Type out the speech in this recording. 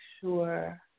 sure